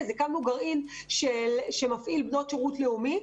הקמנו גרעין שמפעיל בנות שירות לאומי,